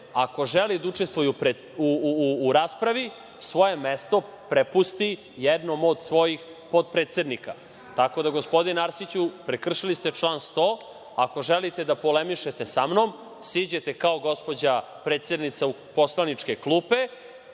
ako želi da učestvuje u raspravi, svoje mesto prepusti jednom od svojih potpredsednika. Tako da, gospodine Arsiću, prekršili ste član 100. Ako želite da polemišete sa mnom, siđete kao gospođa predsednica u poslaničke klupe,